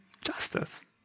justice